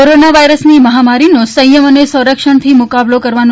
corona વાયરસની મહામારીનો સંયમ અને સંકલ્પથી મુકાબલો કરવાનું